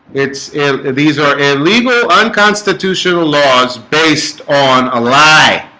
it's these are illegal unconstitutional laws based on a lie